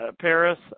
Paris